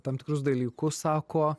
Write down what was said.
tam tikrus dalykus sako